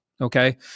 Okay